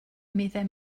meddai